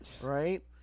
right